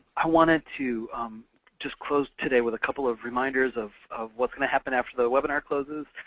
i wanted to just close today with a couple of reminders of of what's going to happen after the webinar closes.